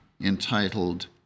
entitled